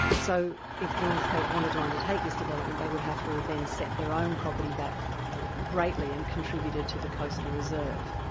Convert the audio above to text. so if north cape wanted to undertake this development, they would have to have then set their own property back greatly, and contributed to the coastal reserve.